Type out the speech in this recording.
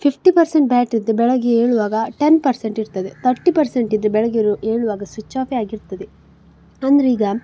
fifty percent battery ಇದ್ದು ಬೆಳಿಗ್ಗೆ ಏಳುವಾಗ ಟೆನ್ ಪರ್ಸೆಂಟ್ ಇರ್ತದೆ ತರ್ಟಿ ಪರ್ಸೆಂಟ್ ಇದ್ರೆ ಬೆಳಿಗ್ಗೆ ಏಳುವಾಗ ಸ್ವಿಚ್ ಆಫೇ ಆಗಿರ್ತದೆ ಅಂದ್ರೆ ಈಗ